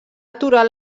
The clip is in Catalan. aturar